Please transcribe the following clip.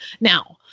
now